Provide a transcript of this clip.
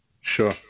Sure